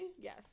Yes